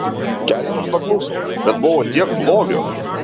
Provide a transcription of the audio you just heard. keletas pakluso bet buvo tiek blogio